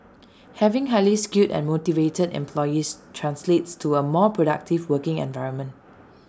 having highly skilled and motivated employees translates to A more productive working environment